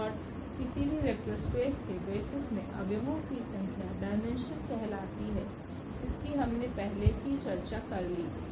और किसी भी वेक्टर स्पेस के बेसिस में अव्यवो की संख्या डायमेंशन कहलाती है जिसकी हमने पहले ही चर्चा कर ली थी